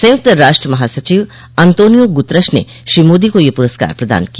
संयुक्त राष्ट्र महासचिव अंतोनियो गुतरश ने श्री मोदी को यह प्रस्कार प्रदान किया